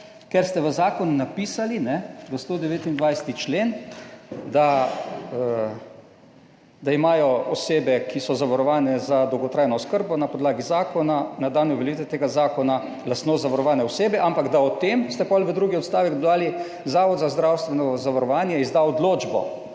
Ker ste v zakon napisali v 129. člen, da imajo osebe, ki so zavarovane za dolgotrajno oskrbo na podlagi zakona na dan uveljavitve tega zakona lastnost zavarovane osebe, ampak da o tem ste, potem v drugi odstavek dodali, Zavod za zdravstveno zavarovanje izda odločbo.